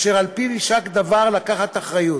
אשר על פיו יישק דבר, לקחת אחריות.